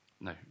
No